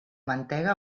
mantega